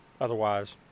otherwise